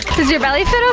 does your belly fit um